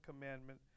commandment